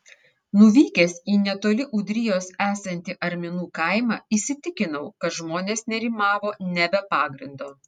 nuvykęs į netoli ūdrijos esantį arminų kaimą įsitikinau kad žmonės nerimavo ne be pagrindo